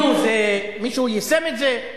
נו, מישהו יישם את זה?